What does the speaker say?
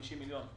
50 מיליון,